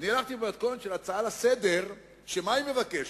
הלכתי במתכונת של הצעה לסדר-היום, שמה היא מבקשת?